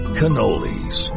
cannolis